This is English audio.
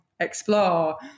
explore